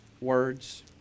words